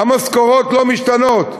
המשכורות לא משתנות,